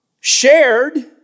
shared